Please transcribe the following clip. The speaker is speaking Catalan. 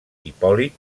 hipòlit